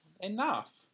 enough